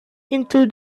into